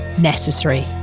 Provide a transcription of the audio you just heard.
necessary